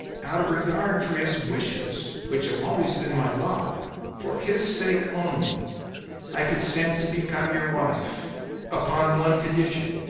out of regard for his wishes, which have always been my law for his sake only i consent to become your wife upon one condition.